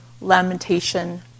lamentation